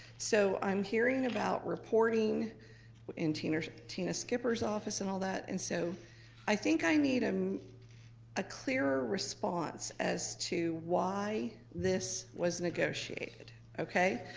so i'm hearing about reporting and tina tina skipper's office and all that. and so i think i need um a clearer response as to why this was negotiated, okay?